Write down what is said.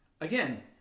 again